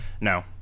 No